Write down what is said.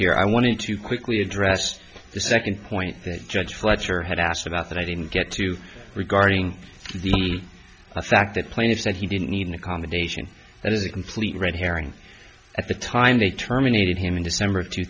here i wanted to quickly address the second point that judge fletcher had asked about that i didn't get to regarding the fact that plaintiffs said he didn't need an accommodation that was a complete red herring at the time they terminated him in december of two